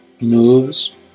moves